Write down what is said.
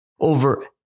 over